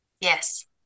Yes